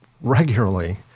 regularly